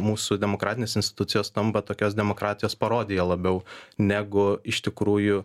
mūsų demokratinės institucijos tampa tokios demokratijos parodija labiau negu iš tikrųjų